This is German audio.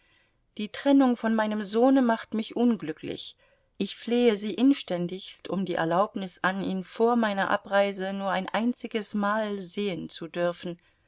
die trennung von meinem sohne macht mich unglücklich ich flehe sie inständigst um die erlaubnis an ihn vor meiner abreise nur ein einziges mal sehen zu dürfen